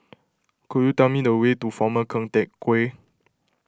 could you tell me the way to former Keng Teck Whay